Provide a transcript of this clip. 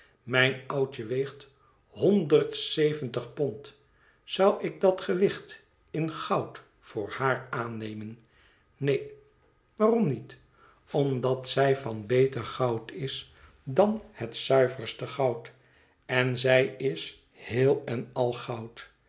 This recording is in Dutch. mijn oudje weegt honderd zeventig pond zou ik dat gewicht in goud voor haar aannemen neen waarom niet omdat zij van beter goud is dan het zuiverste goud en zij is heel en al goud